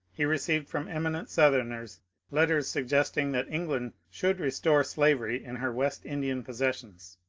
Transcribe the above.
he received from eminent southerners letters suggest ing that england should restore slavery in her west indian possessions,